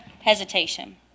hesitation